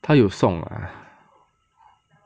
他有送 ah